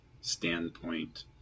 standpoint